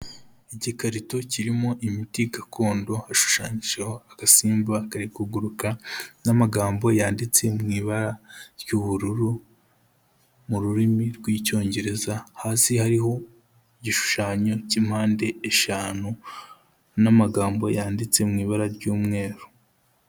Igikarito kirimo imiti gakondo, hashushanyijeho agasimba kari kuguruka n'amagambo yanditse mu ibara ry'ubururu, mu rurimi rw'Icyongereza, hasi hariho igishushanyo cy'impande eshanu n'amagambo yanditse mu ibara ry'umweru.